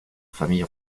famille